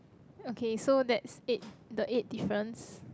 okay so that's eight the eighth difference